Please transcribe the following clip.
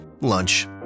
Lunch